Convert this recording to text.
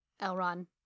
Elrond